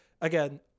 again